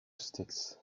sticks